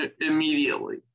immediately